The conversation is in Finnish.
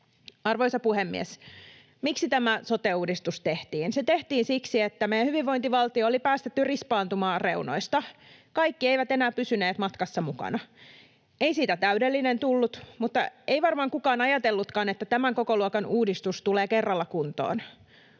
Arvoisa puhemies! Miksi tämä sote-uudistus tehtiin? Se tehtiin siksi, että meidän hyvinvointivaltiomme oli päästetty rispaantumaan reunoista. Kaikki eivät enää pysyneet matkassa mukana. Ei siitä täydellinen tullut, mutta ei varmaan kukaan ajatellutkaan, että tämän kokoluokan uudistus tulee kerralla kuntoon.